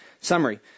summary